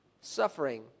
Suffering